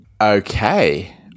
Okay